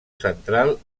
central